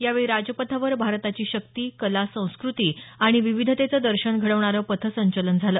यावेळी राजपथावर भारताची शक्ती कला संस्कृती आणि विविधतेचं दर्शन घडवणारं पथसंचलन झालं